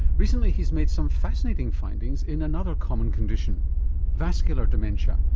recently he's made some fascinating findings in another common condition vascular dementia.